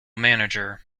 manager